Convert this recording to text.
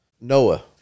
Noah